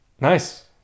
Nice